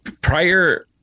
prior